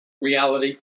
reality